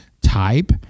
type